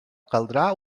caldrà